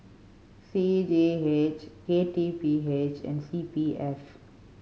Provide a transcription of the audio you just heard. C G H K T P H and C P F